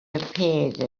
appeared